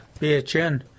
BHN